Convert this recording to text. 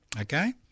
okay